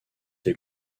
les